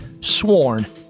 sworn